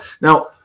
Now